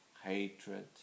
hatred